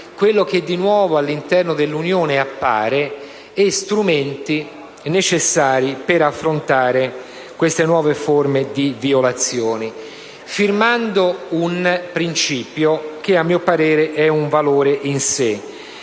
quello che di nuovo appare all'interno dell'Unione e gli strumenti necessari per affrontare queste nuove forme di violazione, sottoscrivendo un principio che a mio parere è un valore in sé: